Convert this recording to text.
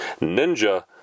Ninja